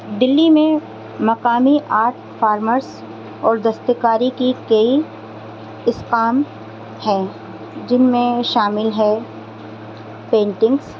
دلی میں مقامی art forms اور دست کاری کی کئی اقسام ہیں جن میں شامل ہے پینٹنگس